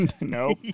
No